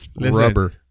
rubber